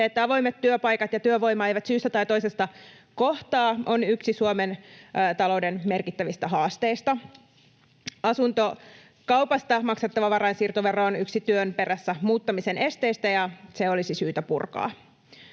Se, että avoimet työpaikat ja työvoima eivät syystä tai toisesta kohtaa, on yksi Suomen talouden merkittävistä haasteista. Asuntokaupasta maksettava varainsiirtovero on yksi työn perässä muuttamisen esteistä, ja se olisi syytä purkaa.